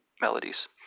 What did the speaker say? melodies